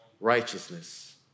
righteousness